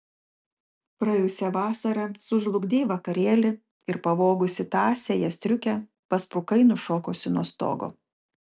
praėjusią vasarą sužlugdei vakarėlį ir pavogusi tąsiąją striukę pasprukai nušokusi nuo stogo